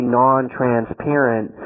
non-transparent